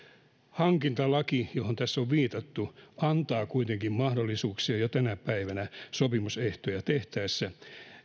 hankintalaki johon tässä on viitattu antaa kuitenkin mahdollisuuksia jo tänä päivänä sopimusehtoja tehtäessä